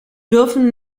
dürfen